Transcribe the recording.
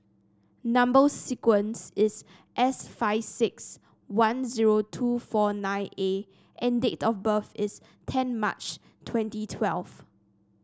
number sequence is S five six one zero two four nine A and date of birth is ten March twenty twelve